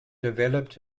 developed